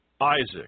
Isaac